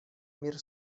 мир